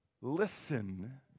listen